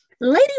Lady